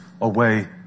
away